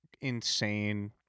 insane